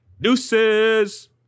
Deuces